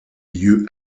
lieu